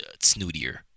snootier